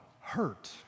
hurt